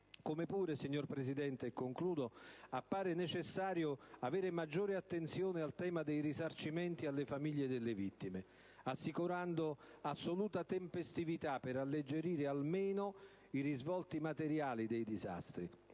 Come pure, signor Presidente, appare necessario prestare maggiore attenzione al tema dei risarcimenti alle famiglie delle vittime, assicurando assoluta tempestività per alleggerire almeno i risvolti materiali dei disastri.